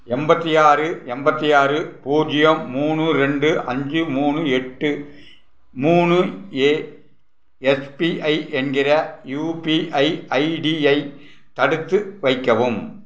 எண்பத்தி ஆறு எண்பத்தி ஆறு பூஜ்யம் மூணு ரெண்டு அஞ்சு மூணு எட்டு மூணு ஏ எஸ்பிஐ என்கிற யுபிஐ ஐடியை தடுத்து வைக்கவும்